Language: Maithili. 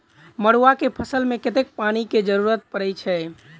मड़ुआ केँ फसल मे कतेक पानि केँ जरूरत परै छैय?